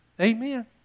Amen